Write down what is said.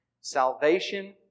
Salvation